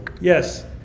yes